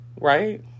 right